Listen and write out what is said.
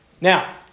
Now